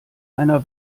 einer